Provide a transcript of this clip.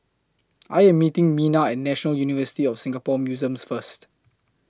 I Am meeting Mina At National University of Singapore Museums First